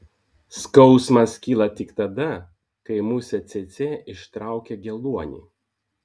skausmas kyla tik tada kai musė cėcė ištraukia geluonį